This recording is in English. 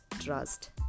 trust